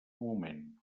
moment